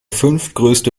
fünftgrößte